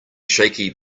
shaky